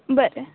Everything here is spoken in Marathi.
बरं